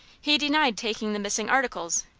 he denied taking the missing articles,